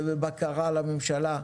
ובבקרה על הממשלה,